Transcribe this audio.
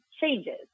changes